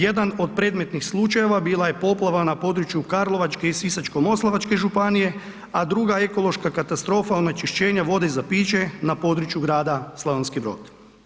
Jedan od predmetnih slučajeva bila je poplava Karlovačke i Sisačko-moslavačke županije a druga ekološka katastrofa onečišćenja vode za piće na području grada Slavonski Brod.